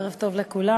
ערב טוב לכולם.